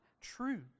true